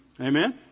Amen